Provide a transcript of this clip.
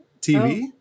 TV